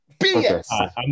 BS